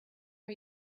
are